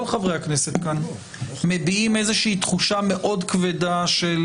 חברי הכנסת כאן מביעים איזו שהיא תחושה מאוד כבדה של